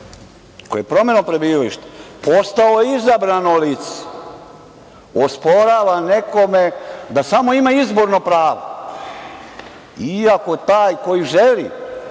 koji je promenom prebivališta postao izabrano lice, osporava nekome da samo ima izborno pravo, iako taj koji želi,